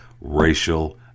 racial